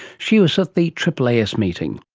she was at the aaas meeting